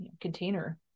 container